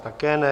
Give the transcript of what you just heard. Také ne.